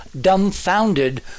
dumbfounded